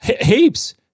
Heaps